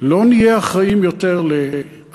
לא נהיה אחראים יותר לעזה,